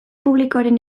publikoaren